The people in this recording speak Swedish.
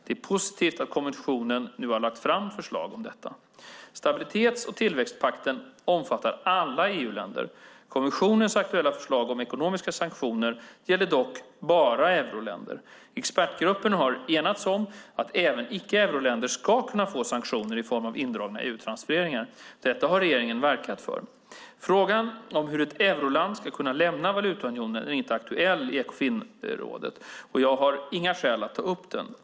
Det är positivt att kommissionen nu har lagt fram förslag om detta. Stabilitets och tillväxtpakten omfattar alla EU-länder. Kommissionens aktuella förslag om ekonomiska sanktioner gäller dock bara euroländer. Expertgruppen har enats om att även icke-euroländer ska kunna drabbas av sanktioner i form av indragna EU-transfereringar. Detta har regeringen verkat för. Frågan om hur ett euroland ska kunna lämna valutaunionen är inte aktuell i Ekofinrådet och jag ser inga skäl att ta upp den.